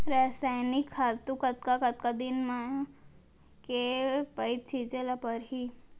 रसायनिक खातू कतका कतका दिन म, के पइत छिंचे ल परहि?